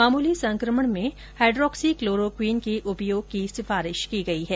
मामूली संक्रमण में हाड्रोक्सीक्लोरोक्विन के उपयोग की सिफारिश की गई है